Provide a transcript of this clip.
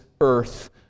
earth